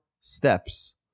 steps